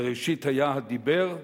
"בראשית היה הדיבֵּר?